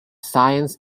science